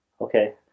Okay